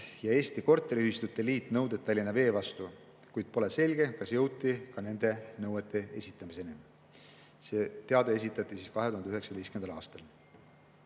ja Eesti Korteriühistute Liit nõuded Tallinna Vee vastu, kuid pole selge, kas jõuti ka nõuete esitamiseni. Teade esitati 2019. aastal.